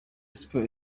sports